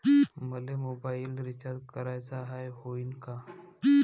मले mobile recharge कराचा हाय, होईनं का?